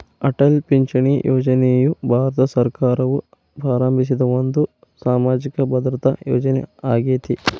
ಅಟಲ್ ಪಿಂಚಣಿ ಯೋಜನೆಯು ಭಾರತ ಸರ್ಕಾರವು ಪ್ರಾರಂಭಿಸಿದ ಒಂದು ಸಾಮಾಜಿಕ ಭದ್ರತಾ ಯೋಜನೆ ಆಗೇತಿ